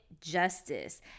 justice